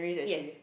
yes